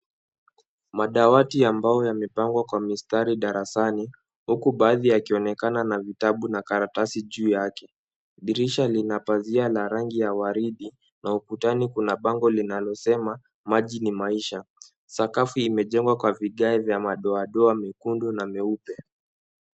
Madawati ambayo yamepangwa kwa mistari darasani, huku baadhi yakionekana na vitabu na karatasi juu yake. Dirisha lina pazia la rangi ya waridi na ukutani kuna bango linalosema, maji ni maisha. Sakafu imejengwa kwa vigae vya madoadoa mekundu na meupe.